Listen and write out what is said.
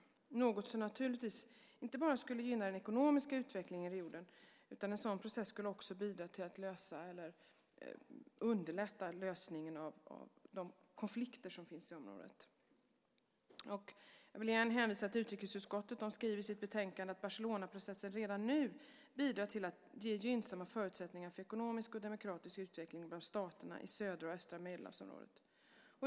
Det är något som naturligtvis inte bara skulle gynna den ekonomiska utvecklingen i regionen, utan en sådan process skulle också bidra till att underlätta lösningen av de konflikter som finns i området. Och jag vill igen hänvisa till utrikesutskottet. De skriver i sitt betänkande att Barcelonaprocessen redan nu bidrar till att ge gynnsamma förutsättningar för ekonomisk och demokratisk utveckling bland staterna i södra och östra Medelhavsområdet.